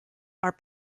are